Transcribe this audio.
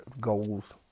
goals